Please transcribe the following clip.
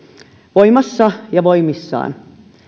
voimassa ja voimissaan